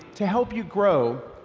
to help you grow,